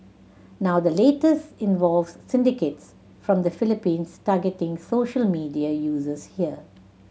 now the latest involves syndicates from the Philippines targeting social media users here